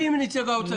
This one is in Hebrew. מסכן נציג האוצר,